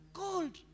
cold